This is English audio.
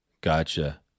Gotcha